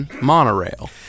monorail